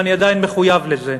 ואני עדיין מחויב לזה.